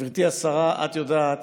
גברתי השרה, את יודעת